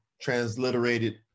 transliterated